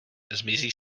zmizí